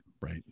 right